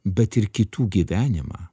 bet ir kitų gyvenimą